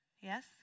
Yes